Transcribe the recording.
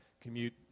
commute